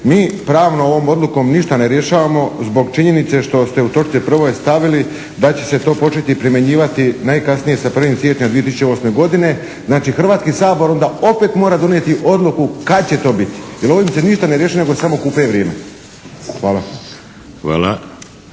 Mi pravno ovom odlukom ništa ne rješavamo zbog činjenice što ste u točci 1. stavili da će se to početi primjenjivati najkasnije sa 1. siječnja 2008. godine. Znači, Hrvatski sabor onda opet mora donijeti odluku kad će to biti jer ovim se ništa ne rješava nego samo gubi vrijeme.